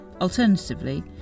Alternatively